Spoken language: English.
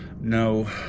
No